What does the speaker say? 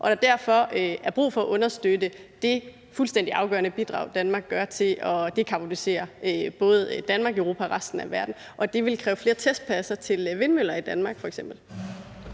derfor er brug for at understøtte det fuldstændig afgørende bidrag, Danmark yder til at decarbonisere både Danmark, Europa og resten af verden, og at det vil kræve flere testpladser til vindmøller i Danmark